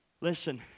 listen